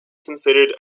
considered